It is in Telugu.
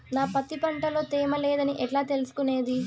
నా పత్తి పంట లో తేమ లేదని ఎట్లా తెలుసుకునేది?